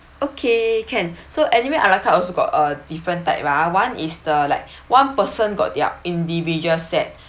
okay can so anyway a la carte also got a different type ah [one] is the like one person got their individual set